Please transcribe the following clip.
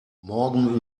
morgen